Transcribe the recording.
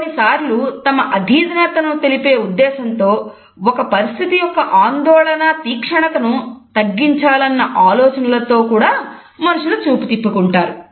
కొన్నిసార్లు తమ ఆధీనతను తేలిపే ఉద్దేశంతో ఒక పరిస్థితి యొక్క ఆందోళనను తీక్షణతను తగ్గించాలన్న ఆలోచనతో కూడా మనుషులు చూపు తిప్పుకుంటారు